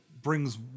brings